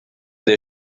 des